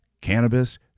Cannabis